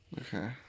okay